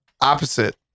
opposite